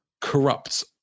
corrupts